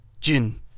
Jin